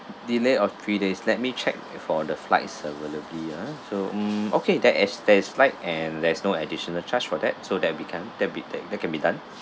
delay of three days let me check for the flight's availability ah so mm okay there is there's flight and there's no additional charge for that so that will become that'll be that can be done